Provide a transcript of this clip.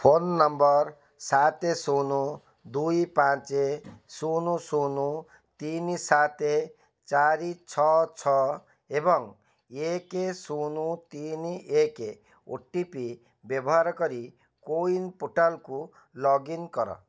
phone number ସାତେ ଶୂନ୍ ଦୁଇ ପାଞ୍ଚେ ଶୂନ୍ ଶୂନ୍ ତିନି ସାତେ ଚାରି ଛଅ ଛଅ ଏବଂ ଏକେ ଶୂନ୍ ତିନି ଏକେ ଓ ଟି ପି ବ୍ୟବହାର କରି କୋୱିନ ପୋର୍ଟାଲକୁ ଲଗ୍ଇନ କର